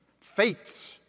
fates